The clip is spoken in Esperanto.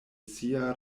sia